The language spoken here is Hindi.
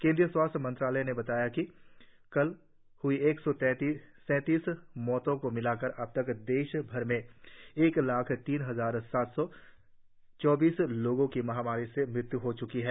केंद्रीय स्वास्थ्य मंत्रालय ने बताया कि कल हुई एक सौ सैतीस मौतों को मिलाकर अब तक देशभर में एक लाख तीन हजार सात सौ चौबीस लोगों की महामारी से मृत्य् हो च्की हैं